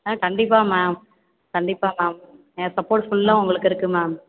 ஆ கண்டிப்பாக மேம் கண்டிப்பாக மேம் என் சப்போர்ட் ஃபுல்லாக உங்களுக்கு இருக்குது மேம்